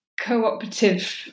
cooperative